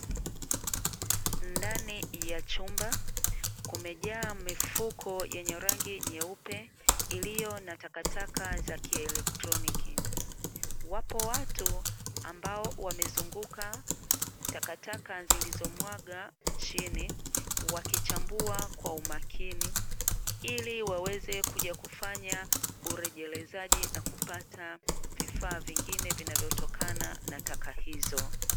Ndani ya chumba kumejaa mifuko yenye rangi nyeupe iliyo na takataka za kielektroniki, wapo watu ambao wamezunguka takataka zilizomwagwa chini wakichambua kwa umakini, ili waweze kuja kufanya urejelezaji na kupata vifaa vingine vinavyotokana na taka hizo.